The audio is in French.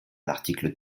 l’article